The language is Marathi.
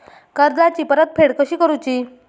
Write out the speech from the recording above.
कर्जाची परतफेड कशी करुची?